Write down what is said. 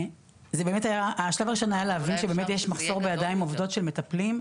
באמת להבין שיש מחסור בידיים עובדות של מטפלים.